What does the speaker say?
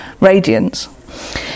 radiance